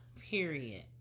Period